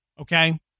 Okay